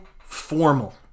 formal